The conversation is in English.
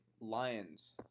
Lions